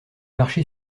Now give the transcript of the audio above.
marché